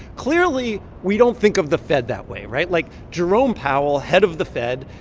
clearly, we don't think of the fed that way, right? like, jerome powell, head of the fed,